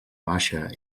baixa